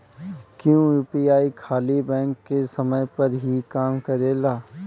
क्या यू.पी.आई खाली बैंक के समय पर ही काम करेला?